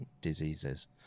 diseases